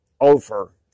over